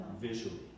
visually